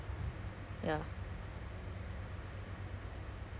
ya I prefer uh face to face ah macam because my